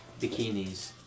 bikinis